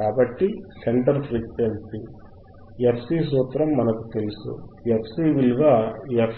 కాబట్టి centre frequency fC సూత్రం మనకు తెలుసు fC విలువ